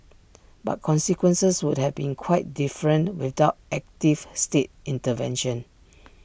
but consequences would have been quite different without active state intervention